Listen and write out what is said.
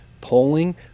Polling